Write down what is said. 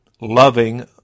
loving